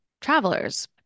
travelers